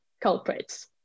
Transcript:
culprits